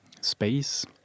space